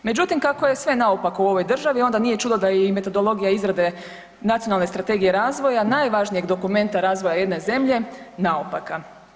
Međutim, kako je sve naopako u ovoj državi, onda nije čudo da je i metodologija izrade Nacionalne strategije razvoja najvažnijeg dokumenta razvoja jedne zemlje naopaka.